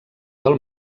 del